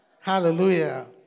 Hallelujah